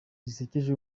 zisekeje